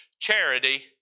Charity